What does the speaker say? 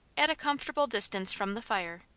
at a comfortable distance from the fire,